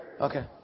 Okay